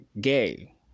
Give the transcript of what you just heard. gay